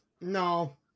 No